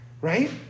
right